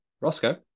Roscoe